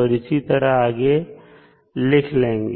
और इसी तरह आगे लिख लेंगे